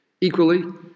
Equally